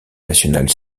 nationales